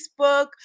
Facebook